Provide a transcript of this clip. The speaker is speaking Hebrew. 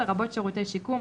לרבות שירותי שיקום,